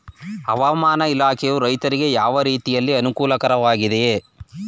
ಹವಾಮಾನ ಇಲಾಖೆಯು ರೈತರಿಗೆ ಯಾವ ರೀತಿಯಲ್ಲಿ ಅನುಕೂಲಕರವಾಗಿದೆ?